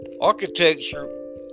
architecture